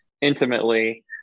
intimately